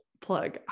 plug